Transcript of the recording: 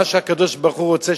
מה שהקדוש-ברוך-הוא רוצה,